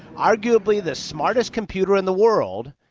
arguably the smartest computer in the world,